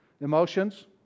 Emotions